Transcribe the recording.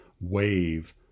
wave